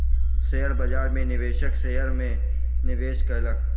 share बाजार में निवेशक शेयर में निवेश कयलक